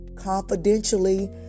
confidentially